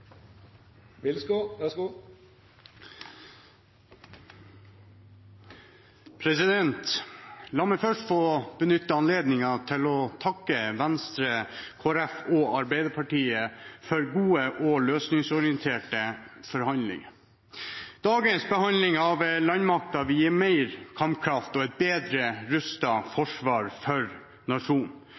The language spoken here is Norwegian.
La meg først få benytte anledningen til å takke Venstre, Kristelig Folkeparti og Arbeiderpartiet for gode og løsningsorienterte forhandlinger. Dagens behandling av landmakten vil gi mer kampkraft og et bedre rustet forsvar for nasjonen.